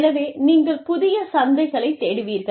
எனவே நீங்கள் புதிய சந்தைகளைத் தேடுவீர்கள்